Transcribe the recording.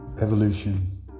Evolution